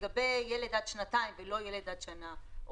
לגבי ילד עד גיל שנתיים ולא ילד עד גיל שנה,